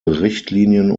richtlinien